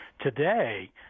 today